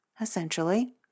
essentially